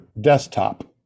desktop